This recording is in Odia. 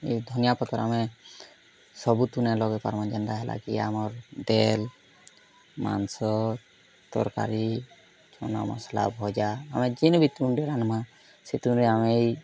ଏଇ ଧନିଆ ପତର୍ ଆମେ ସବୁ ତୁନେ ଲଗାଇ ପାର୍ମା ଯେନ୍ତା ଲାଗି କି ଆମର ଦେଲ୍ ମାଂସ ତରକାରୀ ଚନା ମସଲା ଭଜା ଆମେ ଯେନ୍ ବି ତୁନ୍ଣ୍ଡେ ରାନ୍ମା ସେ ତୁଣ୍ରେ ଆମେ ଏଇ